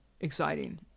exciting